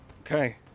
okay